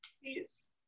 Please